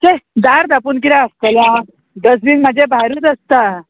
छे दार धापून कित्या आसतलें हांव डस्टबीन म्हाजें भायरूच आसता